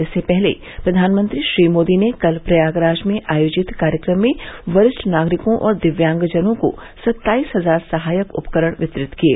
इससे पहले प्रधानमंत्री श्री मोदी ने कल प्रयागराज में आयोजित कार्यक्रम में वरिष्ठ नागरिकों और दिव्यांगजनों को सत्ताईस हजार सहायक उपकरण वितरित किये